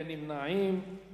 (רישוי הפגנות),